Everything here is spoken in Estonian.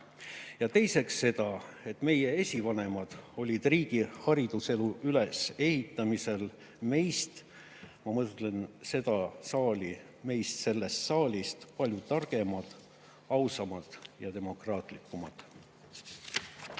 Ja teiseks, meie esivanemad olid riigi hariduselu ülesehitamisel meist – ma mõtlen seda saali – palju targemad, ausamad ja demokraatlikumad.